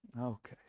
Okay